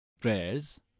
prayers